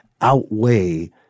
outweigh